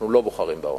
אנחנו לא בוחרים בעוני,